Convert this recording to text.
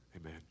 Amen